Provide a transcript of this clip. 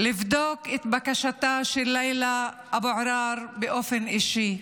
לבדוק את בקשתה של לילה אבו עראר באופן אישי.